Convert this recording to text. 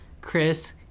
Chris